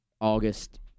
August